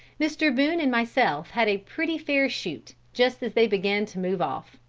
mr. boone and myself had a pretty fair shoot, just as they began to move off.